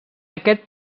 aquest